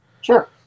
Sure